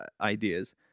ideas